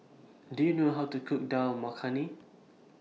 Do YOU know How to Cook Dal Makhani